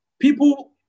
people